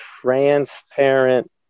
transparent